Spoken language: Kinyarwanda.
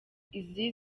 izi